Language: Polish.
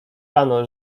rano